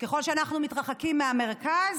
וככל שאנחנו מתרחקים מהמרכז,